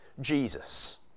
Jesus